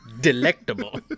delectable